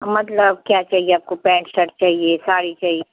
मतलब क्या चाहिए आपको पैन्ट शर्ट चाहिए साड़ी चाहिए